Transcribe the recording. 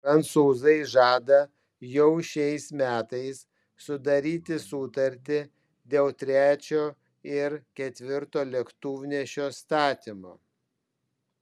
prancūzai žada jau šiais metais sudaryti sutartį dėl trečio ir ketvirto lėktuvnešio statymo